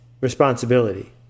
responsibility